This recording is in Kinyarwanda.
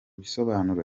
ibisobanuro